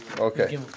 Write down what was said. Okay